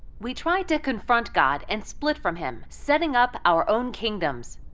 we try to confront god and split from him, setting up our own kingdoms.